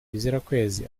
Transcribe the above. bizirakwezi